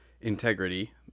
integrity